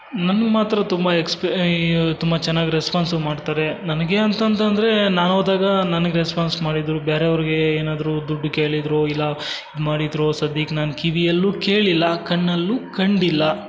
ನನ್ಗೆ ಮಾತ್ರ ತುಂಬ ಎಕ್ಸ್ ತುಂಬ ಚೆನ್ನಾಗ್ ರೆಸ್ಪಾನ್ಸು ಮಾಡ್ಥಾರೆ ನನಗೇ ಅಂತಂತಂದರೆ ನಾನು ಹೋದಾಗಾ ನನಗೆ ರೆಸ್ಪಾನ್ಸ್ ಮಾಡಿದರು ಬೇರೆ ಅವ್ರಿಗೆ ಏನಾದರೂ ದುಡ್ಡು ಕೇಳಿದರೋ ಇಲ್ಲ ಇದು ಮಾಡಿದರೋ ಸಧ್ಯಕ್ ನಾನು ಕಿವಿಯಲ್ಲೂ ಕೇಳಿಲ್ಲ ಕಣ್ಣಲ್ಲೂ ಕಂಡಿಲ್ಲ